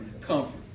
comfort